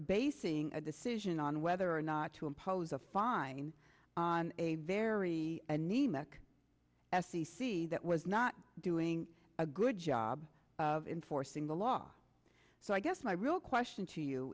basing a decision on whether or not to impose a fine on a very anemic f c c that was not doing a good job of enforcing the law so i guess my real question to you